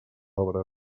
obres